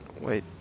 Wait